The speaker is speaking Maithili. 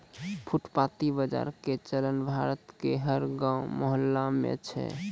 फुटपाती बाजार के चलन भारत के हर गांव मुहल्ला मॅ छै